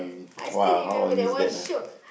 I still remember that one shiok